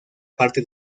parte